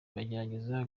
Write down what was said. bagerageza